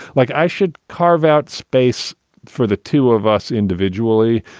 like i should carve out space for the two of us individually.